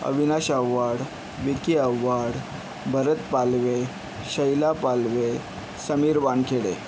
Avinash Awhad Vicky Awhad Bharat Palve Shaila Palve Sameer Wankhede